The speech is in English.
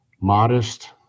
modest